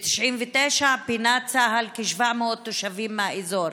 ב-1999 פינה צה"ל כ-700 תושבים מהאזור